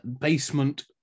basement